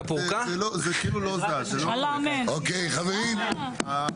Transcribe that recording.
אוקי חברים,